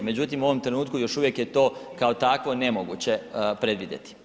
Međutim, u ovom trenutku još uvijek je to kao takvo nemoguće predvidjeti.